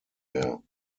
mehr